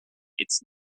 its